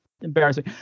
Embarrassing